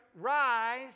rise